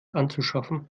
anzuschaffen